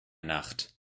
nacht